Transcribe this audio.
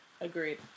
Agreed